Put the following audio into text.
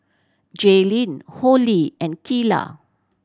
Jaylin Holli and Keila